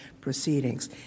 proceedings